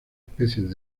especies